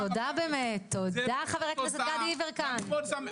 תודה באמת, חבר הכנסת גדי יברקן.